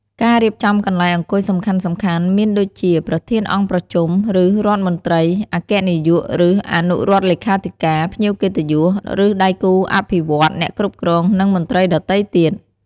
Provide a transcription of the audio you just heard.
ការរៀបចំកន្លែងអង្គុយសំខាន់ៗមានដូចជា ប្រធានអង្គប្រជុំ ឬរដ្ឋមន្ត្រី អគ្គនាយក ឬអនុរដ្ឋលេខាធិការ ភ្ញៀវកិត្តិយស ឬដៃគូអភិវឌ្ឍន៍ អ្នកគ្រប់គ្រង និងមន្ត្រីដទៃទៀត។